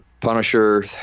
Punisher